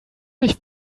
sich